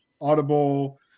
audible